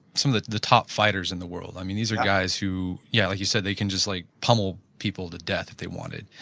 some of the top fighters in the world. i mean these are guys who, yeah, like you said they can just like pummel people to death if they wanted.